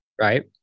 Right